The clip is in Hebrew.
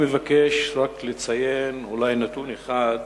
אני מבקש רק לציין אולי נתון אחד,